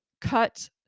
cut